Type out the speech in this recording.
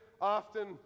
often